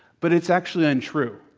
but it's actually untrue.